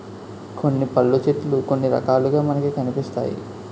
కొన్ని పళ్ళు చెట్లు కొన్ని రకాలుగా మనకి కనిపిస్తాయి